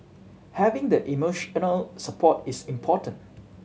having the emotional support is important